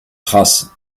traces